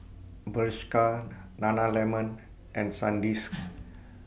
Bershka Nana Lemon and Sandisk